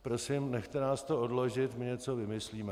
Prosím nechte nás to odložit, my něco vymyslíme...